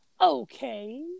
okay